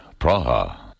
Praha